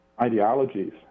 ideologies